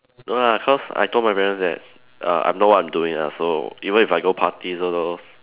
no lah cause I told my parents that uh I know what I'm doing ah so even if I go party also those